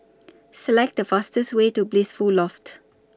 Select The fastest Way to Blissful Loft